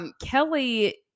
Kelly